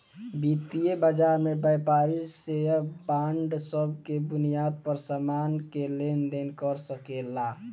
वितीय बाजार में व्यापारी शेयर बांड सब के बुनियाद पर सामान के लेन देन कर सकेला